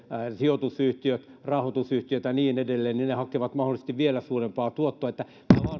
sijoitusyhtiöt rahoitusyhtiöt ja niin edelleen niin ne hakevat mahdollisesti vielä suurempaa tuottoa